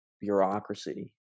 bureaucracy